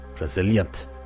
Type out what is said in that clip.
resilient